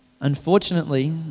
Unfortunately